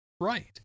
right